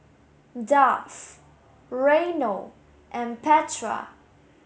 Duff Reynold and Petra